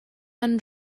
and